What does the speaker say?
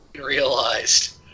realized